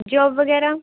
job ਵਗੈਰਾ